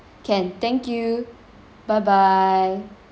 can thank you bye bye